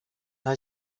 nta